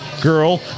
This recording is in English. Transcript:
girl